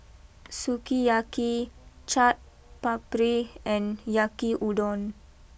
Sukiyaki Chaat Papri and Yakiudon